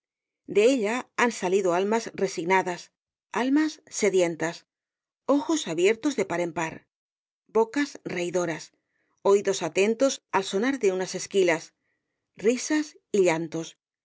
de ella han salido almas resignadas almas sedientas ojos abiertos de par en par bocas reidoras oídos atentos al sonar de unas esquilas risas y llantos